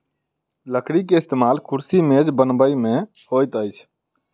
लकड़ी के इस्तेमाल कुर्सी मेज बनबै में होइत अछि